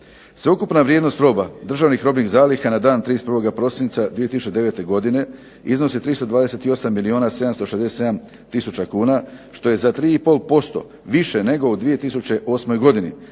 Sveukupna vrijednost roba i državnih robnih zaliha na dan 31. prosinca 2009. godine iznosi 328 milijuna 767 tisuća kuna što je za 3,5% više nego u 2008. godini